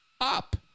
up